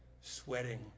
sweating